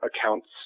accounts